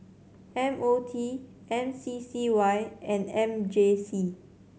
M O T M C C Y and M J C